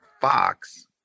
Fox